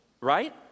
right